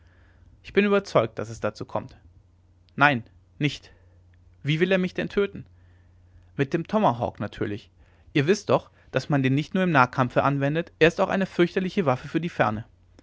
ich bin überzeugt daß es dazu kommt nein nicht wie will er mich denn töten mit dem tomahawk natürlich ihr wißt doch daß man den nicht nur im nahekampfe anwendet er ist auch eine fürchterliche waffe für die ferne